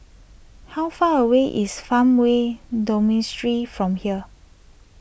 how far away is Farmway Dormitory from here